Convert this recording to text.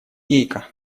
гейка